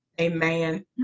Amen